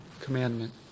commandment